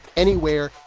anywhere,